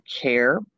care